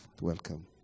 Welcome